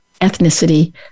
ethnicity